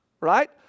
right